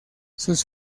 sus